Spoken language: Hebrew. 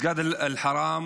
מסג'ד אל-חראם,